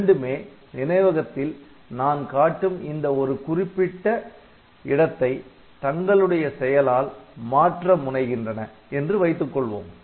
இரண்டுமே நினைவகத்தில் நான் காட்டும் இந்த ஒரு குறிப்பிட்ட இடத்தை தங்களுடைய செயலால் மாற்ற முனைகின்றன என்று வைத்துக்கொள்வோம்